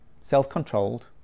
self-controlled